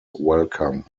welcome